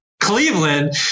Cleveland